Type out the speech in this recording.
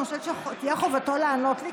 אני חושבת שתהיה חובתו לענות לי,